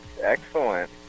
Excellent